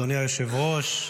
אדוני היושב-ראש,